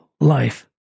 life